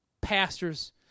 pastors